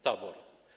Tabor.